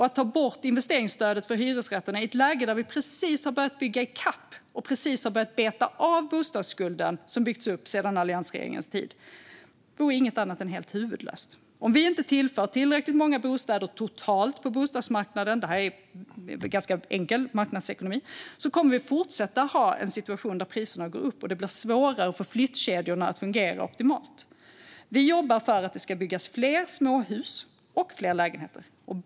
Att ta bort investeringsstödet för hyresrätterna i ett läge där vi precis har börjat bygga i kapp och beta av den bostadsskuld som har byggts upp sedan alliansregeringens tid vore inget annat än helt huvudlöst. Om vi inte tillför tillräckligt många bostäder totalt på bostadsmarknaden kommer vi - detta är ganska enkel marknadsekonomi - att fortsätta ha en situation där priserna går upp och det blir svårare för flyttkedjorna att fungera optimalt. Vi jobbar för att det ska byggas fler småhus och fler lägenheter.